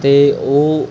ਅਤੇ ਉਹ